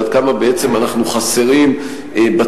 ועד כמה בעצם אנחנו חסרים בציוד,